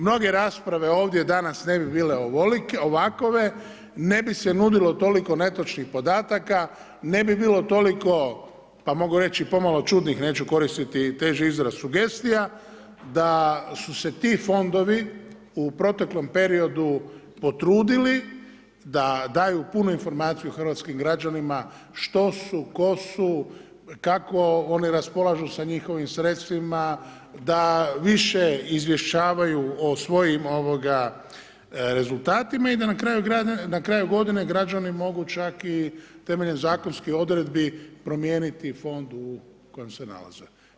Mnoge rasprave ovdje danas ne bi bile ovakve, ne bi se nudilo toliko netočnih podataka, ne bi bilo toliko pa mogu reći pomalo čudnih, neću koristiti teži izraz, sugestija, da su se ti fondovi u proteklom periodu potrudili da daju punu informaciju hrvatskim građanima, što su, tko su, kako oni raspolažu sa njihovim sredstvima, da više izvještavaju o svojim rezultatima i da na kraju godine građani mogu čak i temeljem zakonskih odredbi, promijeniti u fond u kojem se nalaze.